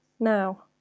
now